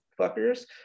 fuckers